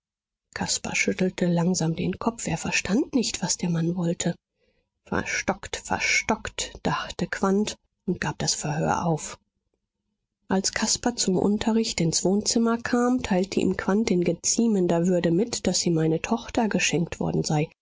caspar schüttelte langsam den kopf er verstand nicht was der mann wollte verstockt verstockt dachte quandt und gab das verhör auf als caspar zum unterricht ins wohnzimmer kam teilte ihm quandt in geziemender würde mit daß ihm eine tochter geschenkt worden sei